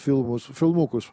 filmus filmukus